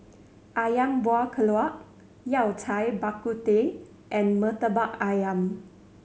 Ayam Kuah keluak Yao Cai Bak Kut Teh and Murtabak Ayam